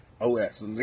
O-S